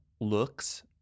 looks